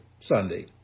Sunday